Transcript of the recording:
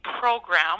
program